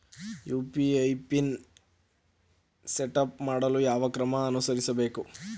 UPI pin setup ಮಾಡಲು ಯಾವ ಕ್ರಮ ಅನುಸರಿಸಬೇಕು?